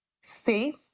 safe